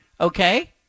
okay